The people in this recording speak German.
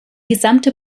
gesamte